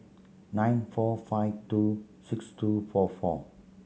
nine four five two six two four four